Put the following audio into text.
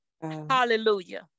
Hallelujah